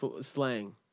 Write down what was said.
slang